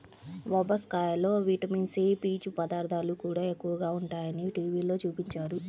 బొప్పాస్కాయలో vitamin C, పీచు పదార్థాలు కూడా ఎక్కువగా ఉంటయ్యని టీవీలో చూపించారు